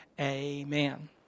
amen